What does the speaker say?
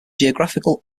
geographical